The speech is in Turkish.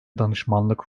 danışmanlık